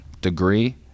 degree